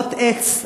קורות עץ עתיקות,